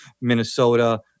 Minnesota